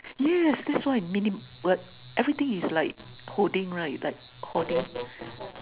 yes that's why mini what everything is like holding right like holding